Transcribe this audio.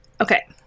Okay